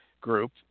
group